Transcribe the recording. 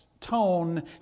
tone